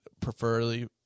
preferably